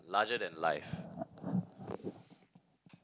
larger than life